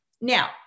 Now